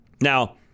Now